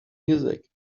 music